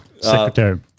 Secretary